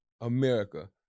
America